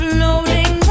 Floating